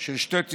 של שתי צוללות,